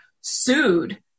sued